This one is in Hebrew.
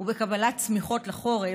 וקבלת שמיכות לחורף,